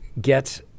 get